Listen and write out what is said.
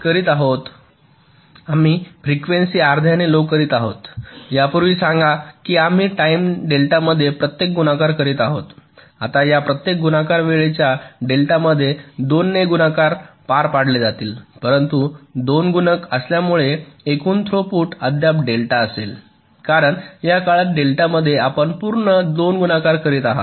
आम्ही फ्रिक्वेन्सी अर्ध्याने लो करत आहोत यापूर्वी सांगा की आम्ही टाईम डेल्टामध्ये प्रत्येक गुणाकार करीत आहोत आता या प्रत्येक गुणाकार वेळेच्या डेल्टामध्ये 2 ने गुणाकार पार पाडले जातील परंतु 2 गुणक असल्यामुळे एकूण थ्रुपुट अद्याप डेल्टा असेल कारण या काळात डेल्टामध्ये आपण पूर्ण 2 गुणाकार करीत आहात